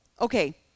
Okay